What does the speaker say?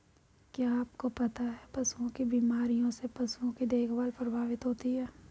क्या आपको पता है पशुओं की बीमारियों से पशुओं की देखभाल प्रभावित होती है?